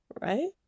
right